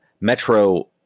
Metro